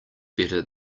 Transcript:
better